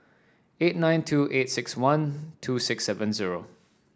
eight nine two eight six one two six seven zero